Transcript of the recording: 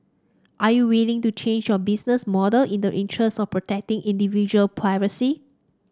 are you willing to change your business model in the interest of protecting individual privacy